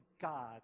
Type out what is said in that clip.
God